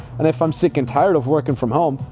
and if i'm sick and tired of working from home,